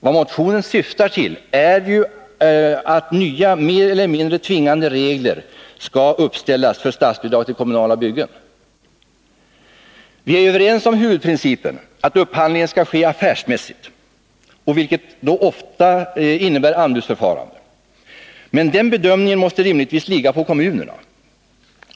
Vad motionen syftar till är ju att nya mer eller mindre tvingande regler skall uppställas för statsbidraget till kommunala byggen. Vi är överens om huvudprincipen att upphandlingar skall ske affärsmässigt, vilket ofta innebär anbudsförfarande. Men den bedömningen måste rimligtvis ligga på kommunerna.